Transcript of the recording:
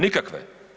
Nikakve.